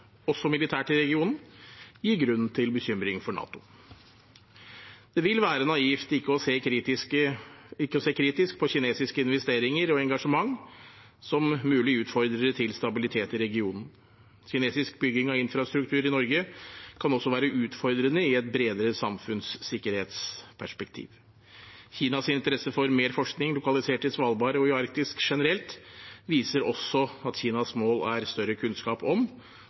også militært i regionen gir grunn til bekymring for NATO. Det vil være naivt ikke å se kritisk på kinesiske investeringer og engasjement, som mulige utfordrere til stabilitet i regionen. Kinesisk bygging av infrastruktur i Norge kan også være utfordrende i et bredere samfunnssikkerhetsperspektiv. Kinas interesse for mer forskning lokalisert til Svalbard og i Arktis generelt viser også at Kinas mål er større kunnskap om,